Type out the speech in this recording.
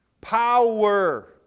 Power